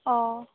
অ